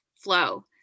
flow